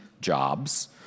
jobs